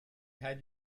had